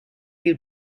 you